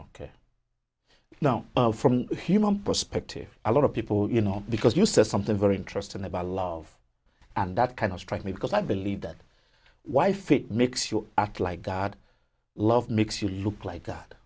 now from human perspective a lot of people you know because you said something very interesting about love and that kind of struck me because i believe that wife it makes you act like god love makes you look like that